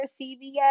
CVS